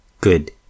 good